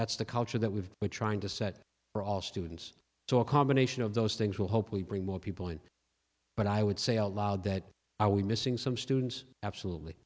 that's the culture that we are trying to set for all students so a combination of those things will hopefully bring more people in but i would say aloud that are we missing some students absolutely